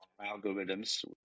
algorithms